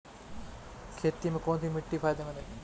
खेती में कौनसी मिट्टी फायदेमंद है?